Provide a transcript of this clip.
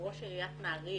ראש עיריית נהריה.